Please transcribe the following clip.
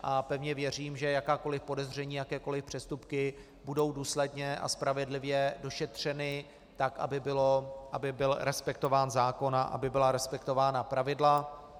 A pevně věřím, že jakákoli podezření, jakékoli přestupky budou důsledně a spravedlivě došetřeny tak, aby byl respektován zákon a aby byla respektována pravidla.